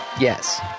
Yes